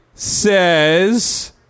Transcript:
Says